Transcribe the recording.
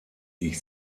ich